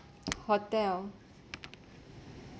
hotel